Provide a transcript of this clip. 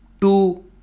two